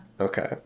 Okay